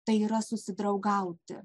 tai yra susidraugauti